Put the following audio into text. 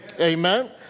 Amen